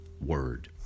word